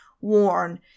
worn